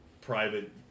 private